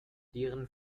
deren